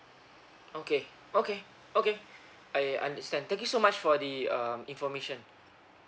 okay okay okay I understand thank you so much for the um information